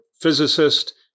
physicist